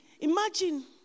Imagine